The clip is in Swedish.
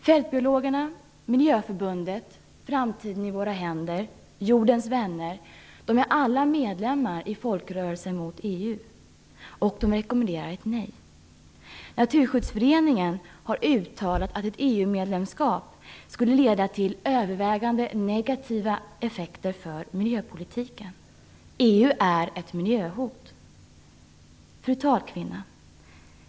Fältbiologerna, Miljöförbundet, Framtiden i våra händer och Jordens vänner är alla medlemmar i Folkrörelsen mot EU, och de rekommenderar ett nej. Naturskyddsföreningen har uttalat att ett EU medlemskap skulle få övervägande negativa effekter för miljöpolitiken. EU är ett miljöhot.